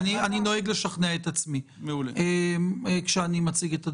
אני נוהג לשכנע את עצמי כשאני מציג את הדברים,